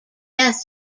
death